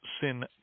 sin